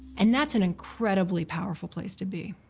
and that's an incredibly powerful place to be.